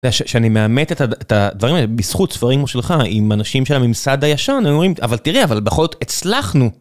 את יודע, שאני מאמת את הדברים האלה, בזכות ספרים כמו שלך, עם אנשים של הממסד הישן, הם אומרים, אבל תראה, אבל בכל זאת הצלחנו.